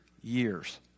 years